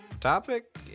topic